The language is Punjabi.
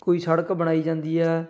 ਕੋਈ ਸੜਕ ਬਣਾਈ ਜਾਂਦੀ ਹੈ